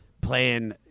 playing